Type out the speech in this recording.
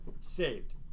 saved